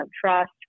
trust